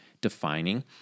defining